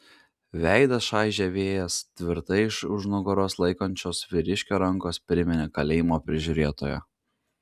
veidą čaižė vėjas tvirtai iš už nugaros laikančios vyriškio rankos priminė kalėjimo prižiūrėtoją